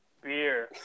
beer